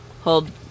hold